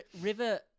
River